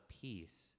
peace